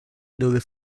dove